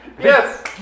Yes